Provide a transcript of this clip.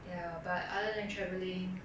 ya but other than traveling